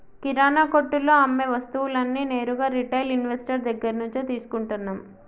కిరణా కొట్టులో అమ్మే వస్తువులన్నీ నేరుగా రిటైల్ ఇన్వెస్టర్ దగ్గర్నుంచే తీసుకుంటన్నం